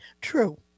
True